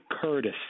Curtis